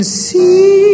see